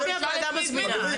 הוועדה מזמינה.